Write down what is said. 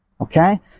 okay